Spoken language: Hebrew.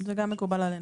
זה גם מקובל עלינו.